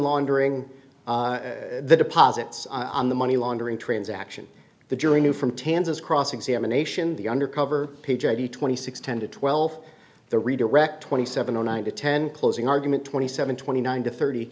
laundering the deposits on the money laundering transaction the jury knew from tanz as cross examination the undercover p j v twenty six ten to twelve the redirect twenty seven zero nine to ten closing argument twenty seven twenty nine to thirty